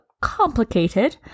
complicated